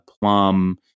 Plum